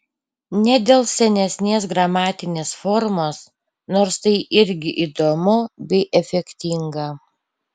ne dėl senesnės gramatinės formos nors tai irgi įdomu bei efektinga